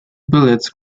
bullets